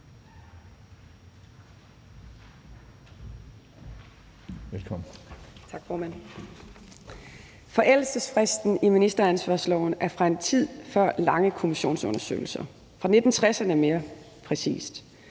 Forældelsesfristen i ministeransvarlighedsloven er fra en tid før lange kommissionsundersøgelser – mere præcis